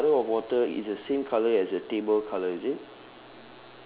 ya the puddle of water is the same colour as the table colour is it